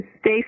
stay